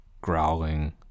growling